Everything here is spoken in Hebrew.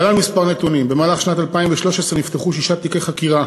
להלן כמה נתונים: במהלך שנת 2013 נפתחו שישה תיקי חקירה